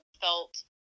felt